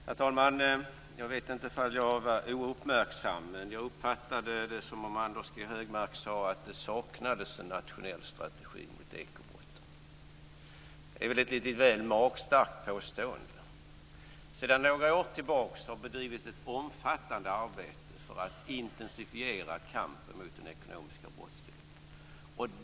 Herr talman! Jag vet inte om jag var ouppmärksam men jag uppfattade det som om Anders G Högmark sade att det saknades en nationell strategi mot ekobrotten. Det är väl ett litet väl magstarkt påstående. Sedan några år tillbaka har det bedrivits ett omfattande arbete för att intensifiera kampen mot den ekonomiska brottsligheten.